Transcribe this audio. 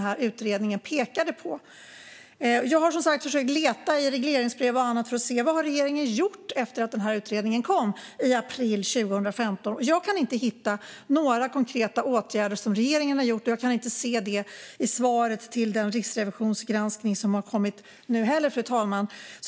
Jag har som sagt letat i regleringsbrev och annat för att se vad regeringen har gjort efter att utredningen kom i april 2015, och jag kan inte hitta några konkreta åtgärder. Jag ser heller inget om det i svaret på Riksrevisionens granskning.